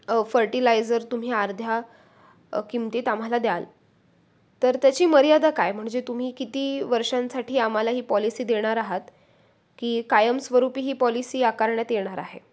fertiliser तुम्ही अर्ध्या किंमतीत आम्हाला द्याल तर त्याची मर्यादा काय म्हणजे तुम्ही किती वर्षांसाठी आम्हाला ही पॉलिसी देणार आहात की कायमस्वरूपी ही पॉलिसी आकारण्यात येणार आहे